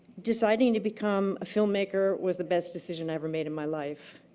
deciding to become a filmmaker was the best decision i ever made in my life.